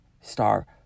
star